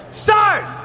start